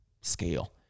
scale